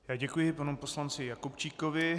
Já děkuji panu poslanci Jakubčíkovi.